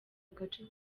agace